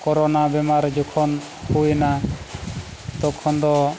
corona ᱵᱮᱢᱟᱨ ᱡᱚᱠᱷᱚᱱ ᱦᱩᱭᱮᱱᱟ ᱛᱚᱠᱷᱚᱱ ᱫᱚ